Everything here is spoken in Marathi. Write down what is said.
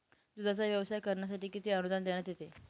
दूधाचा व्यवसाय करण्यासाठी किती अनुदान देण्यात येते?